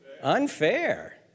Unfair